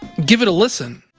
give it a listen